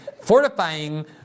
fortifying